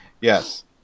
Yes